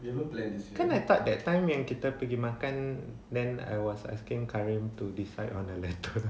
kan I thought that time yang kita pergi makan then I was asking karim to decide on the matter